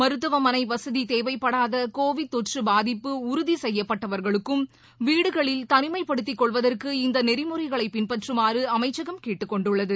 மருத்துவமளைவசதிதேவைப்படாதகோவிட் தொற்றுபாதிப்பு உறுதிசெய்யப்பட்டவர்களுக்கும் வீடுகளில் தளிமைப்படுத்திக் கொள்வதற்கு இந்தநெறிமுறைகளைபின்பற்றுமாறுஅமைச்சகம் கேட்டுக்கொண்டுள்ளது